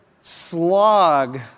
slog